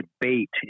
debate